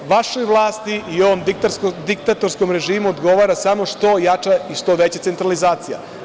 Vašoj vlasti i ovom diktatorskom režimu odgovara samo što jača i što veća centralizacija.